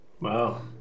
Wow